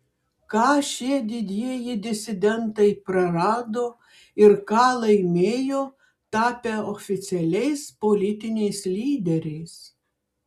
ką šie didieji disidentai prarado ir ką laimėjo tapę oficialiais politiniais lyderiais